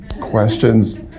Questions